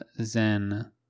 Zen